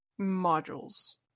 modules